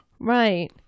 Right